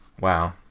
Wow